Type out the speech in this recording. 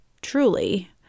truly